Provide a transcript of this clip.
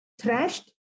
thrashed